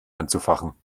anzufachen